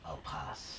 I'll pass